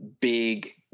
big